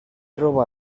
troba